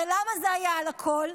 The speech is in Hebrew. הרי למה זה היה על הכול?